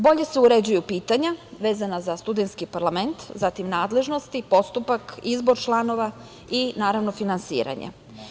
Bolje se uređuju pitanja vezana za studentski parlament, zatim nadležnosti, postupak, izbor članova i, naravno, finansiranje.